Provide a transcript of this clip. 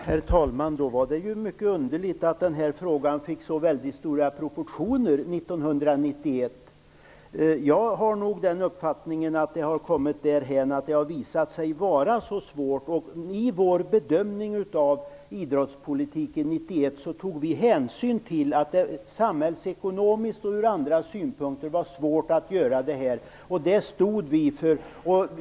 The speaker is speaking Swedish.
Herr talman! Då var det mycket underligt att den här frågan fick så stora proportioner 1991. Jag har nog den uppfattningen att det har gått därhän att det har visat sig vara svårt. I vår bedömning av idrottspolitiken 1991 tog vi hänsyn till att det från samhällsekonomiska och andra synpunkter var svårt att göra någonting. Det stod vi för.